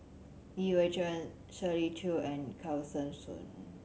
Li Hui Cheng Shirley Chew and Kesavan Soon